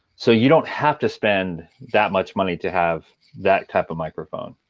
so you don't have to spend that much money to have that type of microphone.